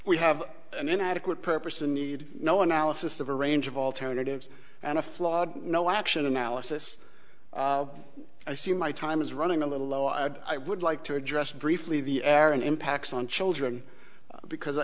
we have an inadequate purpose and need no analysis of a range of alternatives and a flawed no action analysis i see my time is running a little low ad i would like to address briefly the aran impacts on children because